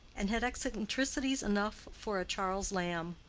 and had eccentricities enough for a charles lamb.